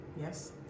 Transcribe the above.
Yes